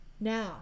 Now